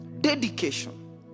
Dedication